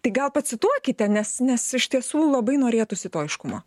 tai gal pacituokite nes nes iš tiesų labai norėtųsi to aiškumo